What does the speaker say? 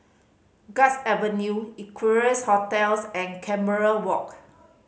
Guards Avenue Equarius Hotels and Canberra Walk